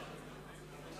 מוקדם